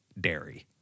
dairy